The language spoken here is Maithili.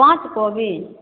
पातकोबी